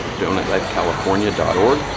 donutlifecalifornia.org